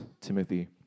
Timothy